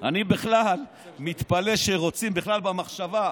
אני בכלל מתפלא שרוצים, בכלל במחשבה,